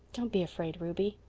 don't be afraid, ruby.